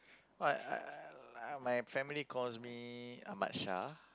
what I I my family calls me Ahmad Shah